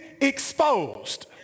exposed